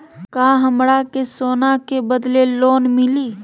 का हमरा के सोना के बदले लोन मिलि?